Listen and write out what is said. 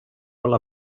olla